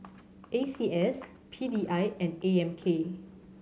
A C S P D I and A M K